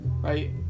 right